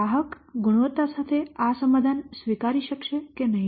ગ્રાહક ગુણવત્તા સાથે આ સમાધાન સ્વીકારી શકે કે નહીં